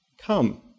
come